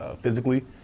physically